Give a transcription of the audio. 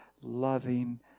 loving